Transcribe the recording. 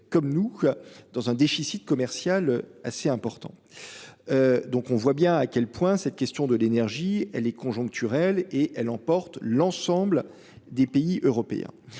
comme nous dans un déficit commercial assez important. Donc on voit bien à quel point cette question de l'énergie, elle est conjoncturelle et elle emporte l'ensemble des pays européens.